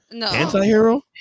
anti-hero